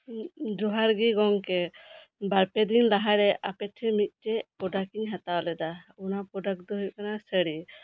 ᱡᱚᱦᱟᱨ ᱜᱮ ᱜᱚᱢᱠᱮ ᱵᱟᱨᱯᱮ ᱫᱤᱱ ᱞᱟᱦᱟ ᱨᱮ ᱟᱯᱮᱴᱷᱮᱱ ᱢᱤᱫᱴᱟᱝ ᱯᱨᱳᱰᱟᱠᱴ ᱤᱧ ᱦᱟᱛᱟᱣ ᱞᱮᱫᱟ ᱚᱱᱟ ᱯᱨᱳᱰᱟᱠᱴ ᱫᱚ ᱦᱩᱭᱩᱜ ᱠᱟᱱᱟ ᱥᱟᱹᱲᱤ